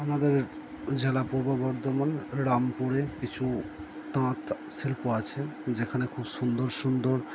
আমাদের যারা পূর্ব বর্ধমান রামপুরের কিছু তাঁত শিল্প আছে যেখানে খুব সুন্দর সুন্দর